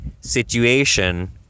situation